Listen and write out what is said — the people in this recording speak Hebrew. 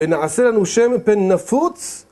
נעשה לנו שם בן נפוץ?